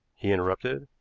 he interrupted.